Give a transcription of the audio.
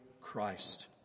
Christ